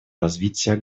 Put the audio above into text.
развития